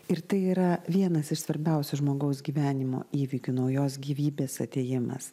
ir tai yra vienas iš svarbiausių žmogaus gyvenimo įvykių naujos gyvybės atėjimas